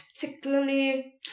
particularly